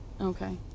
Okay